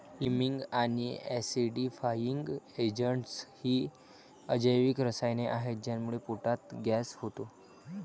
liming आणि acidifying agents ही अजैविक रसायने आहेत ज्यामुळे पोटात गॅस होतो